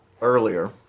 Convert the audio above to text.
earlier